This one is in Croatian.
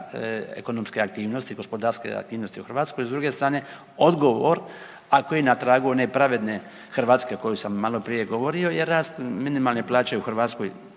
ekonomske aktivnosti, gospodarske aktivnosti u Hrvatskoj, s druge strane, odgovor a koji je na tragu one pravedne Hrvatske o kojoj sam maloprije govorio je rast minimalne plaće u Hrvatskoj,